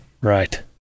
Right